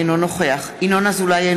אינו נוכח ינון אזולאי,